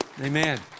amen